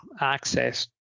access